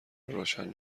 روشن